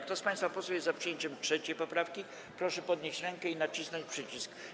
Kto z państwa posłów jest za przyjęciem 3. poprawki, proszę podnieść rękę i nacisnąć przycisk.